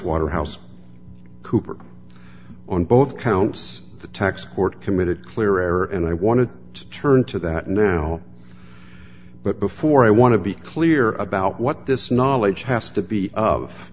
waterhouse coopers on both counts the tax court committed clear error and i wanted to turn to that now but before i want to be clear about what this knowledge has to